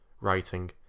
writing